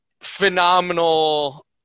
phenomenal